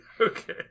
Okay